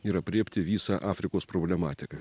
ir aprėpti visą afrikos problematiką